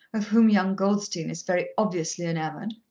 of whom young goldstein is very obviously enamoured?